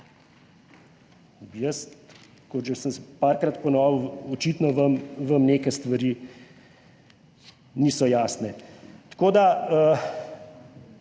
BDP? Kot že sem parkrat ponovil, očitno vam neke stvari niso jasne. Tako da